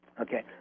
Okay